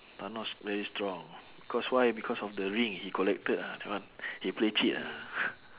thanos very strong because why because of the ring he collected ah that one he play cheat ah